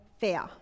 Fair